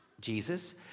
Jesus